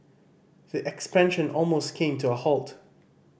the expansion almost came to a halt